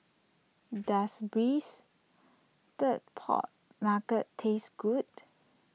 does Braised Pork Knuckle taste good